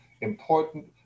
important